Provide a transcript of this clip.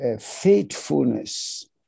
faithfulness